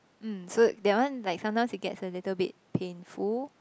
mm so that one like sometimes it gets a little bit painful